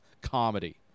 comedy